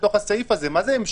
האלה?